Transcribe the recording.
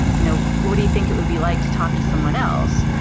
you know what do you think it would be like to talk to someone else?